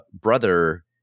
brother